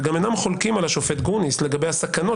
וגם אינם חולקים על השופט גרוניס לגבי הסכנות